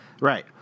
right